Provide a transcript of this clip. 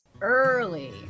early